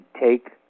take